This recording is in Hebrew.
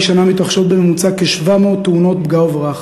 שנה מתרחשות בממוצע כ-700 תאונות פגע-וברח,